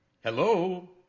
Hello